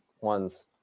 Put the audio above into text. ones